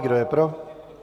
Kdo je pro?